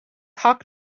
hock